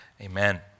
Amen